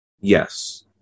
Yes